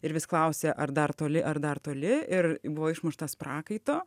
ir vis klausė ar dar toli ar dar toli ir buvo išmuštas prakaito